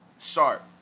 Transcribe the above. Sharp